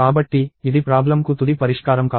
కాబట్టి ఇది ప్రాబ్లమ్ కు తుది పరిష్కారం కాదు